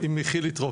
עם חילי טרופר.